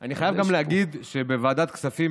אני חייב להגיד שבוועדת כספים,